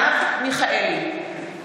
מרב מיכאלי,